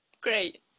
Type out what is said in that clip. Great